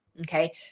okay